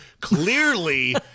clearly